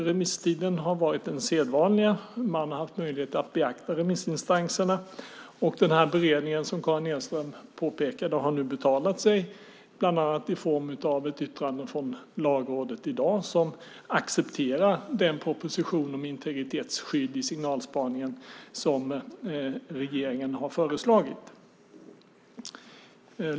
Remisstiden har varit den sedvanliga. Man har haft möjlighet att beakta remissinstansernas svar. Beredningen har, som Karin Enström påpekade, betalat sig, bland annat i form av ett yttrande från Lagrådet i dag, som accepterar den proposition om integritetsskydd i signalspaningen som regeringen har föreslagit.